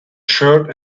shirt